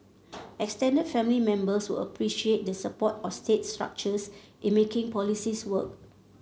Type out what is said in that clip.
extended family members would appreciate the support of state structures in making policies work